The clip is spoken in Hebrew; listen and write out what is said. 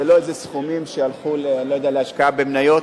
זה לא איזה סכומים שהלכו להשקעה במניות.